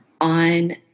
on